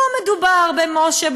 לא מדובר במשה,